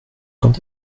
quand